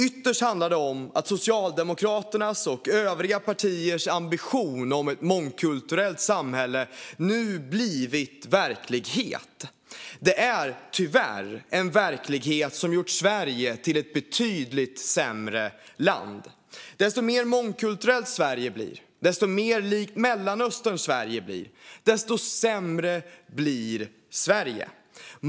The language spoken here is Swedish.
Ytterst handlar det om att Socialdemokraternas och övriga partiers ambition om ett mångkulturellt samhälle nu blivit verklighet. Det är tyvärr en verklighet där Sverige blivit ett betydligt sämre land. Ju mer mångkulturellt Sverige blir och ju mer likt Mellanöstern Sverige blir, desto sämre blir Sverige.